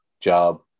job